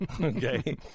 okay